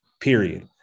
Period